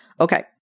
Okay